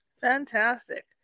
fantastic